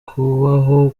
kubaho